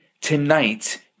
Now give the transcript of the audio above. tonight